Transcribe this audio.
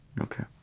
Okay